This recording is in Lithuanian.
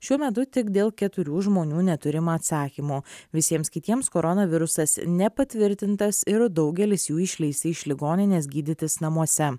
šiuo metu tik dėl keturių žmonių neturim atsakymų visiems kitiems koronavirusas nepatvirtintas ir daugelis jų išleisti iš ligoninės gydytis namuose